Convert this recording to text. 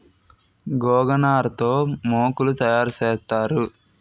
గోగనార తో మోకులు తయారు సేత్తారు